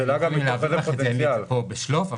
אין לי את זה פה בשלוף,